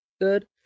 good